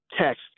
text